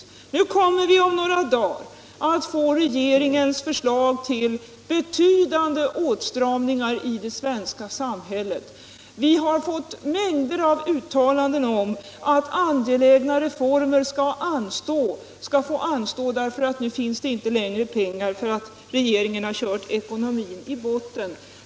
Om några dagar kommer riksdagen att få regeringens förslag till betydande åtstramningar i det svenska samhället. Vi har fått mängder av uttalanden om att angelägna reformer skall få anstå, därför att nu finns det inte längre pengar, för regeringen har kört ekonomin i botten.